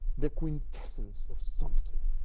the quintessence of something.